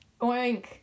Oink